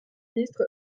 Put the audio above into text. ministre